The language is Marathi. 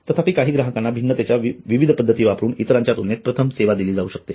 तथापि काही ग्राहकांना भिन्नतेच्या विविध पद्धती वापरून इतरांच्या तुलनेत प्रथम सेवा दिली जाऊ शकते